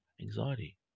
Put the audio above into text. anxiety